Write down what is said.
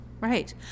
Right